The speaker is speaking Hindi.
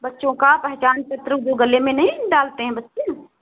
बच्चों का पहचान पत्र वो गले में नहीं डालते हैं बच्चे